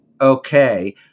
Okay